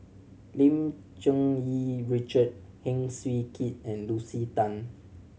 Lim Cherng Yih Richard Heng Swee Keat and Lucy Tan